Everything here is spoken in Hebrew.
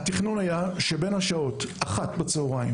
התכנון היה שבין השעות 13:00